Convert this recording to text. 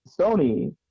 Sony